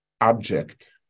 object